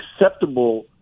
acceptable